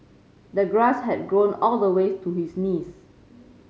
the grass had grown all the way to his knees